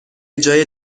جای